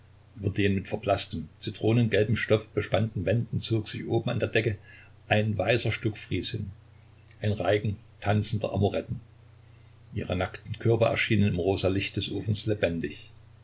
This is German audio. mit verblaßtem zitronengelbem stoff bespannten wänden zog sich oben an der decke ein weißer stuckfries hin ein reigen tanzender amoretten ihre nackten körper erschienen im rosa lichte des ofens lebendig